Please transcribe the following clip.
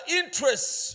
interests